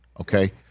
okay